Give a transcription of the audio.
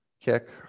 kick